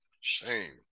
Shame